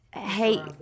Hey